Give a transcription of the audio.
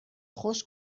خوش